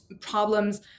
problems